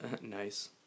Nice